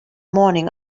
morning